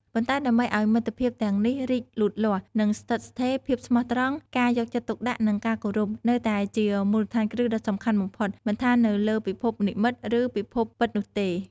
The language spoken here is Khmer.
ប៉ុន្តែដើម្បីឱ្យមិត្តភាពទាំងនេះរីកលូតលាស់ និងស្ថិតស្ថេរ ភាពស្មោះត្រង់ ការយកចិត្តទុកដាក់ និងការគោរព នៅតែជាមូលដ្ឋានគ្រឹះដ៏សំខាន់បំផុត មិនថានៅលើពិភពនិម្មិត ឬពិភពពិតនោះទេ។